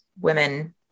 women